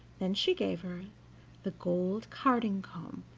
then she gave her the gold carding-comb,